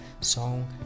song